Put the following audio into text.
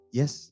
Yes